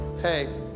Hey